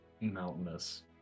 mountainous